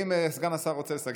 חבר הכנסת יעקב טסלר,